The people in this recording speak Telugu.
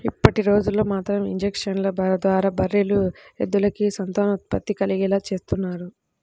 ఇప్పటిరోజుల్లో మాత్రం ఇంజక్షన్ల ద్వారా బర్రెలు, ఎద్దులకి సంతానోత్పత్తి కలిగేలా చేత్తన్నారు